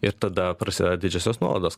ir tada prasideda didžiosios nuolaidos